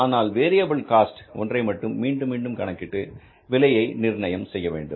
ஆனால் variable cost ஒன்றை மட்டும் மீண்டும் மீண்டும் கணக்கிட்டு விலையை நிர்ணயம் செய்ய வேண்டும்